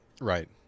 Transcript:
Right